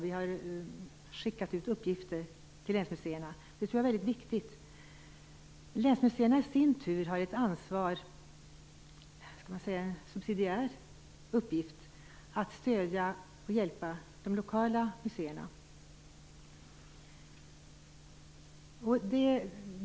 Vi har skickat ut uppgifter till länsmuseerna. Det tror jag är väldigt viktigt. Länsmuseerna i sin tur har ett ansvar - man kan kalla det för en subsidiär uppgift - att stödja och hjälpa de lokala museerna.